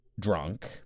drunk